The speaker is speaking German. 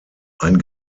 ein